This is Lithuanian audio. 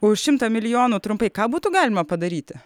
už šimtą milijonų trumpai ką būtų galima padaryti